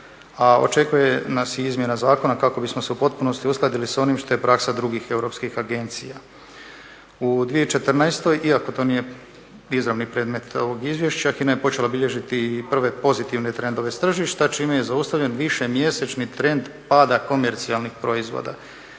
a očekuje nas i izmjena zakona kako bismo se u potpunosti uskladili s onim što je praksa drugih europskih agencija. U 2014., iako to nije izravni predmet ovog izvješća, HINA je počela bilježiti i prve pozitivne trendove s tržišta čime je zaustavljen višemjesečni trend pada komercijalnih proizvoda.